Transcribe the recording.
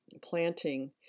planting